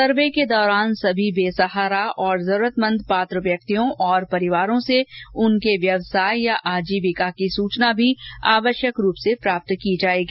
सर्वे के दौरान सभी बेसहारा और जरूरतमंद पात्र व्यक्तियों और परिवारों से उनके व्यवसाय या आजीविका की सुचना भी आवश्यक रूप से प्राप्त की जाएगी